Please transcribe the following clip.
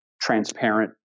transparent